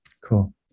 Cool